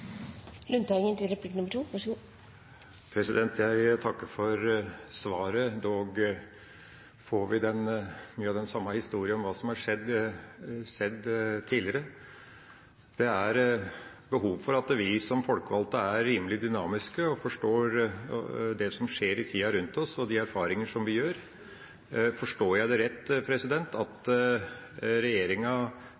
så mye. Jeg takker for svaret, dog får vi mye av den samme historien om hva som har skjedd tidligere. Det er behov for at vi som folkevalgte er rimelig dynamiske og forstår det som skjer i tida rundt oss, og de erfaringer vi gjør. Forstår jeg det rett at regjeringa